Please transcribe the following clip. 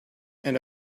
and